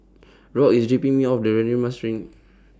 Rock IS dropping Me off The Radin Mas